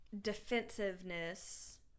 defensiveness